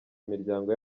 imiryango